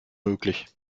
möglich